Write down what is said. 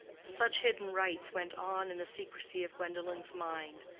such hidden rites went on in the secrecy of gwendolen's mind,